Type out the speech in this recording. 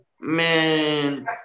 man